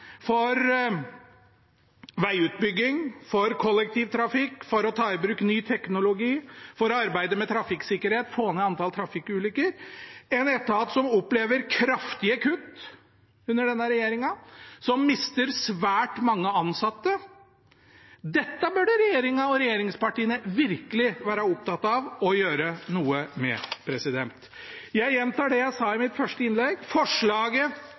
for vegutbygging, for kollektivtrafikk, for å ta i bruk ny teknologi og for arbeidet med trafikksikkerhet og med å få ned antall trafikkulykker, en etat som opplever kraftige kutt under denne regjeringen, og som mister svært mange ansatte. Dette burde regjeringen og regjeringspartiene virkelig være opptatt av og gjøre noe med. Jeg gjentar det jeg sa i mitt første innlegg: Forslaget